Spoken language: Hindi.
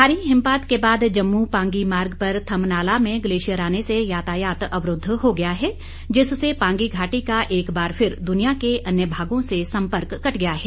भारी हिमपात के बाद जम्मू पांगी मार्ग पर थमनाला में ग्लेशियर आने से यातायात अवरूद्व हो गया है जिससे पांगी घाटी का एक बार फिर दुनिया के अन्य भागों से सम्पर्क कट गया है